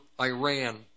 Iran